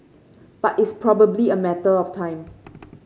but it's probably a matter of time